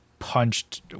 punched